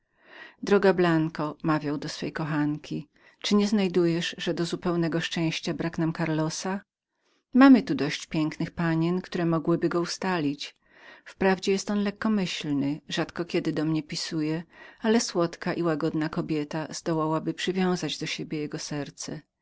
droga blanko mawiał do swojej kochanki czyli nie znajdujesz że do zupełnego szczęścia brak nam karlosa mamy tu dość pięknych panien które mogły by go ustalić wprawdzie jest on lekkomyślnym rzadko kiedy do mnie pisuje ale słodka i rozumna kobieta wykształciłaby jego serce